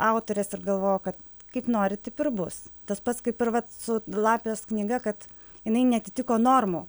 autorės ir galvojau kad kaip nori taip ir bus tas pats kaip ir vat su lapės knyga kad jinai neatitiko normų